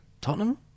Tottenham